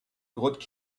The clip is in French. grottes